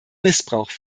missbrauch